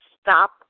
stop